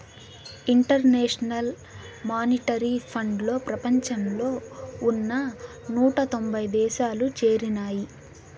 international monetary ఫండ్లో ప్రపంచంలో ఉన్న నూట తొంభై దేశాలు చేరినాయి